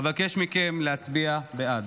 אבקש מכם להצביע בעד.